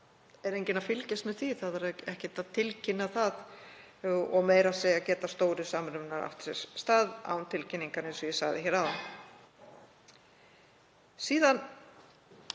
er enginn að fylgjast með því. Það þarf ekkert að tilkynna það og meira að segja geta stórir samrunar átt sér stað án tilkynningar, eins og ég sagði áðan. Síðan